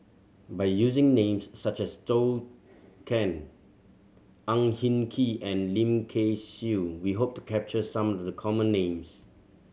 by using names such as Zhou Can Ang Hin Kee and Lim Kay Siu we hope to capture some of the common names